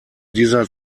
dieser